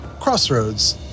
crossroads